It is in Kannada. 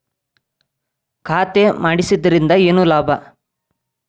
ಖಾತೆ ಮಾಡಿಸಿದ್ದರಿಂದ ಏನು ಲಾಭ?